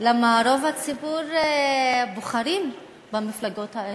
למה רוב הציבור בוחרים במפלגות האלה?